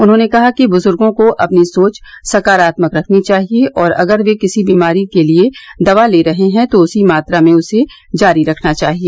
उन्होंने कहा कि बुज़ुर्गों को अपनी सोच सकारात्मक रखनी चाहिए और अगर वे किसी बीमारी के लिए दवा ले रहे हैं तो उसी मात्रा में उसे जारी रखना चाहिए